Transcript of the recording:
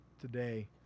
today